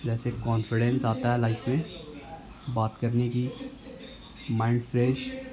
جیسے کانفیڈینس آتا ہے لائف میں بات کرنے کی مائنڈ فریش